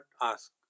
Ask